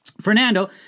Fernando